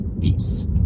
Peace